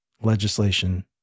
legislation